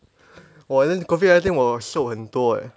!wah! then COVID nineteen 我瘦很多 eh